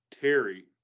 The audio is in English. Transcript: Terry